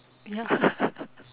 ya